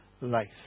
life